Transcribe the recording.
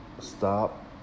Stop